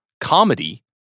comedy